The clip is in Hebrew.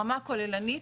ברמה כוללנית,